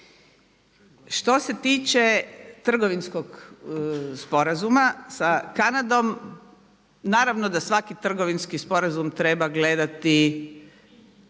Što se tiče trgovinskog sporazuma sa Kanadom naravno da svaki trgovinski sporazum treba gledati